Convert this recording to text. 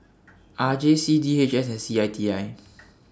R J C D H S and C I T I